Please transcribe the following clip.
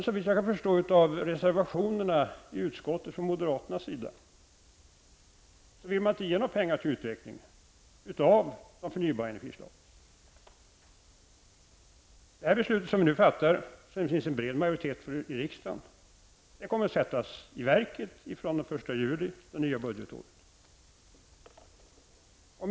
Såvitt jag förstår nu av reservationerna i utskottet så vill moderaterna inte ge pengar till utveckling av de förnybara energislagen. Det beslut som vi nu får, och som det finns en bred majoritet för i riksdagen, kommer att träda i kraft från den 1 juli under det nya budgetåret.